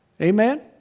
Amen